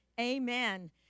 amen